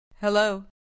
Hello